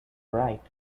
right